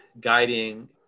guiding